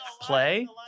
play